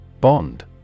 Bond